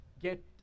get